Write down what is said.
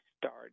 start